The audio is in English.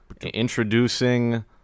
introducing